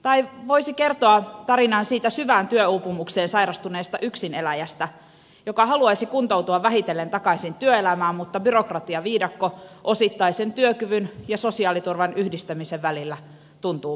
tai voisi kertoa tarinan siitä syvään työuupumukseen sairastuneesta yksineläjästä joka haluaisi kuntoutua vähitellen takaisin työelämään mutta byrokratiaviidakko osittaisen työkyvyn ja sosiaaliturvan yhdistämisen välillä tuntuu mahdottomalta